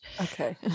okay